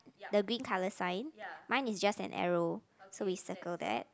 the green colour sign mine is just an arrow so we circle that